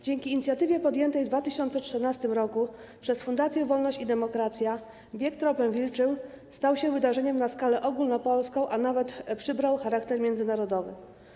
Dzięki inicjatywie podjętej w 2013 r. przez Fundację Wolność i Demokracja bieg Tropem Wilczym stał się wydarzeniem na skalę ogólnopolską, a nawet przybrał charakter międzynarodowy.